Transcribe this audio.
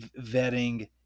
vetting